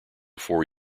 four